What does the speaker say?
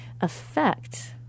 affect